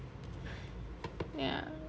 ya